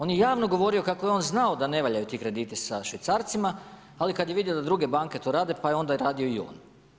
On je javno govorio kako je on znao da ne valjaju ti krediti sa švicarcima, ali kad je vidio da druge banke to rade, pa je onda radio i on.